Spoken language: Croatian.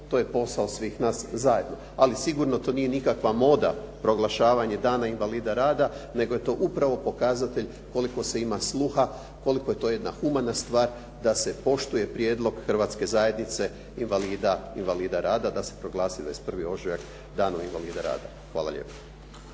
To je posao svih nas zajedno. Ali to sigurno nije nikakva moda proglašavanja Dana invalida rada, nego je to upravo pokazatelj koliko se ima sluha, koliko je to jedna humana stvar da se poštuje prijedlog Hrvatske zajednice invalida rada, da se proglasi 21. ožujak Danom invalida rada. Hvala lijepo.